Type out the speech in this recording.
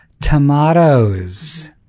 Tomatoes